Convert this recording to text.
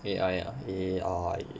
A_I ah A_I